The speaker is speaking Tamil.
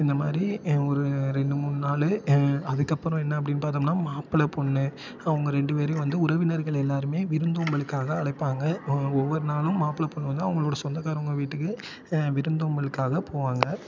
இந்த மாதிரி அ ஒரு ரெண்டு மூணு நாலு அதுக்கப்புறம் என்ன அப்படின்னு பார்த்தோம்னா மாப்பிள்ளை பொண்ணு அவங்க ரெண்டு பேரும் வந்து உறவினர்கள் எல்லாேருமே விருந்தோம்பலுக்காக அழைப்பாங்க ஒவ்வொரு நாளும் மாப்பிள்ளை பொண்ணு வந்து அவங்களோட சொந்தக்காரங்கள் வீட்டுக்கு விருந்தோம்பலுக்காக போவாங்க